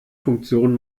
funktion